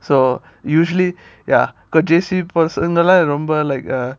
so usually ya got J_C பசங்கலாம் ரொம்ப:pasangalam romba like uh